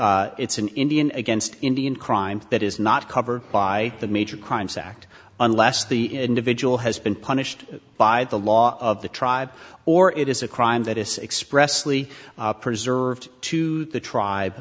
it's an indian against indian crime that is not covered by the major crimes act unless the individual has been punished by the law of the tribe or it is a crime that is expressly preserved to the tribe